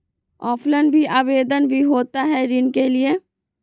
Offline भी आवेदन भी होता है ऋण के लिए?